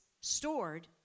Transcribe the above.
stored